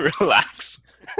relax